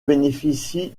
bénéficient